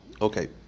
okay